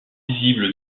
visible